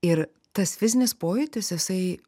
ir tas fizinis pojūtis jisai